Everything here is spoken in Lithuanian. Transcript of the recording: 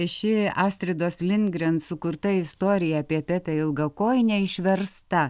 ši astridos lindgren sukurta istorija apie pepę ilgakojinę išversta